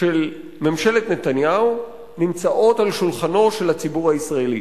של ממשלת נתניהו נמצאות על שולחנו של הציבור הישראלי.